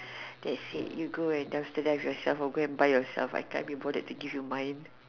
that's it you go and duster life yourself or go and buy yourself I cant be bothered to give you mine